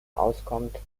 auskommt